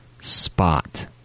spot